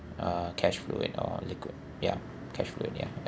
uh cash fluid or liquid yeah cash fluid ya